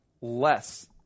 less